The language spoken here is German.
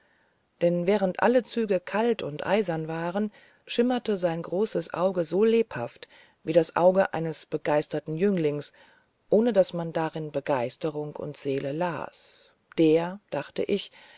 denn während alle züge kalt und eisern waren schimmerte sein großes auge so lebhaft wie das auge eines begeisterten jünglings ohne daß man darin begeisterung und seele las der dachte ich